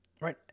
right